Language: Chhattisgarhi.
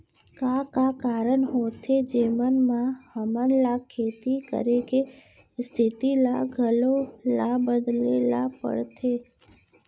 का का कारण होथे जेमन मा हमन ला खेती करे के स्तिथि ला घलो ला बदले ला पड़थे?